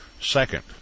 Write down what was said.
Second